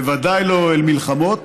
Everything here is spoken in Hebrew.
בוודאי לא אל מלחמות,